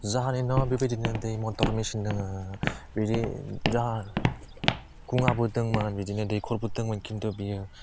जोंहानि न'आव बेबायदिनो दै मथर मेसिन दङ बेदि जोंहा सुङाबो दंमोन बेदिनो दैखरबो दंमोन खिन्थु बियो